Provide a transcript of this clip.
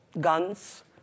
guns